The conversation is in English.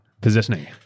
positioning